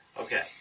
Okay